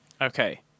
Okay